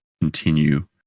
continue